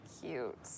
cute